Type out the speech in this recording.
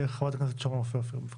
חברת הכנסת שרון רופא אופיר, בבקשה.